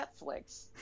Netflix